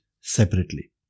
separately